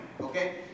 okay